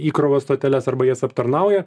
įkrovos stoteles arba jas aptarnauja